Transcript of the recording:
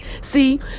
See